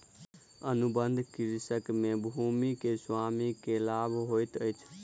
अनुबंध कृषि में भूमि के स्वामी के लाभ होइत अछि